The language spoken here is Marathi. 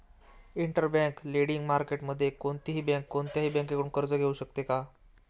इंटरबँक लेंडिंग मार्केटमध्ये कोणतीही बँक कोणत्याही बँकेकडून कर्ज घेऊ शकते का?